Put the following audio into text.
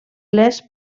les